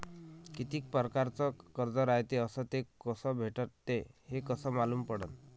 कितीक परकारचं कर्ज रायते अस ते कस भेटते, हे कस मालूम पडनं?